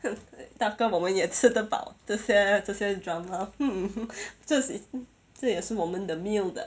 大哥我们也吃得饱这些这些 drama hmm 这这也是我们的 meal 的